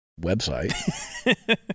website